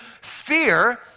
Fear